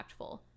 impactful